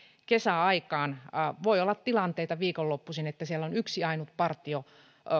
kesäaikaan voi olla tilanteita viikonloppuisin että siellä on yksi ainut partio